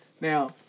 Now